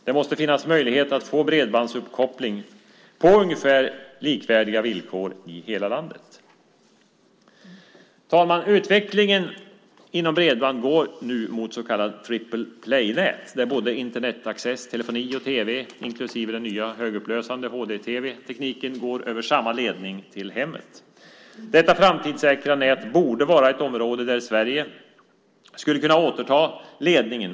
Det måste finnas möjlighet att få bredbandsuppkoppling på ungefär likvärdiga villkor i hela landet. Fru talman! Utvecklingen inom bredband går nu mot så kallade triple play nät där Internetaccess, telefoni och tv, inklusive den nya högupplösande hd-tv-tekniken, går över samma ledning till hemmet. Detta framtidssäkra nät borde vara ett område där Sverige skulle kunna återta ledningen.